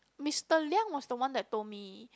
Mister Leong was the one that told me